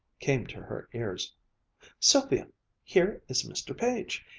came to her ears sylvia here is mr. page!